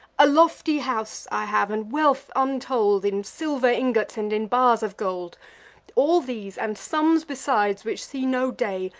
a lofty house i have, and wealth untold, in silver ingots, and in bars of gold all these, and sums besides, which see no day,